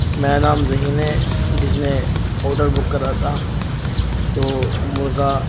میرا نام ذہین ہے جس نے آڈر بک کرا تھا تو مرغا